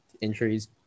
injuries